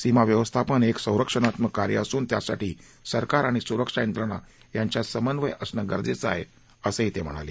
सीमा व्यवस्थापन हे एक संरक्षणात्मक कार्य असून त्यासाठी सरकार आणि सुरक्षा यंत्रणा यांच्यात समन्वय असणं गरजेचं आहे असंही ते म्हणाले